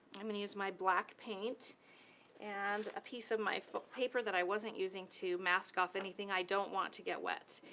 i'm gonna use my black paint and a piece of my paper that i wasn't using to mask-off anything i don't want to get wet.